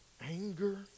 anger